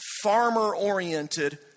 farmer-oriented